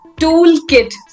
Toolkit